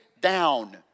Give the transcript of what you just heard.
down